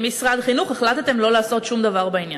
כמשרד החינוך החלטתם לא לעשות שום דבר בעניין,